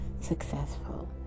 successful